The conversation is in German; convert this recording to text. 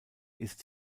ist